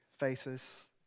faces